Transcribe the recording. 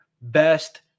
best